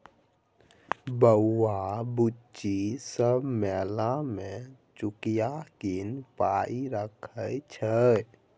बौआ बुच्ची सब मेला मे चुकिया कीन पाइ रखै छै